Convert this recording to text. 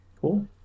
Cool